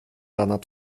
annat